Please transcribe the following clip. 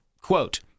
Quote